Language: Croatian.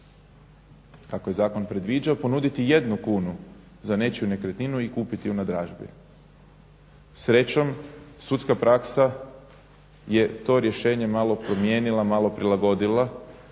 tako je zakon predviđao, ponuditi 1 kunu za nečiju nekretninu i kupiti ju na dražbi. Srećom sudska praksa je to rješenje malo promijenila, malo prilagodila